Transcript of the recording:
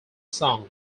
song